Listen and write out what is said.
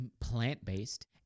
plant-based